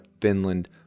Finland